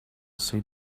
see